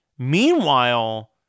Meanwhile